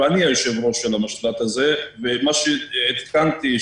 ואני היושב-ראש של המשל"ט הזה ומה שעדכנו,